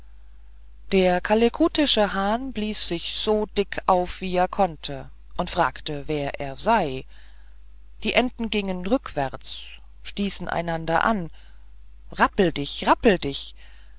der kalekutische hahn blies sich so dick auf wie er konnte und fragte wer er sei die enten gingen rückwärts und stießen einander rapple dich rapple dich